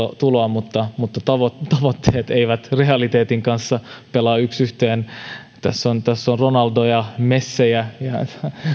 tuloa mutta mutta tavoitteet tavoitteet eivät realiteetin kanssa pelanneet yksi yhteen on ronaldoja messejä ja